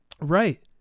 Right